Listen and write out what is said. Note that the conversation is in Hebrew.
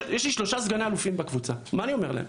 יש לי שלושה סגני אלופים בקבוצה, מה אני אומר להם?